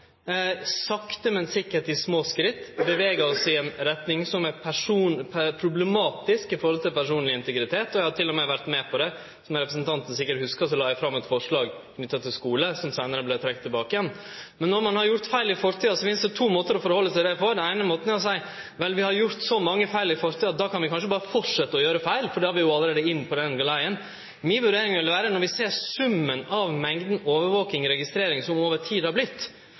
sakte, men sikkert – med små skritt – bevega oss i ei retning som er problematisk i høve til personleg integritet. Eg har til og med vore med på det. Som representanten sikkert hugsar, la eg fram eit forslag knytt til skule, som seinare vart trekt tilbake. Men når ein har gjort feil i fortida, finst det to måtar å ta omsyn til det på. Den eine måten er å seie: Vel, vi har gjort så mange feil i fortida at vi kan berre fortsetje med å gjere feil, for då er vi allereie inne på den galeien. Mi vurdering vil vere, når vi ser summen og mengda av overvaking og registrering som det over tid har